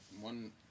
one